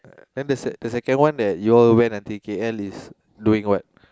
then the second the second one that you all went until K_L is doing what